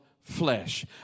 flesh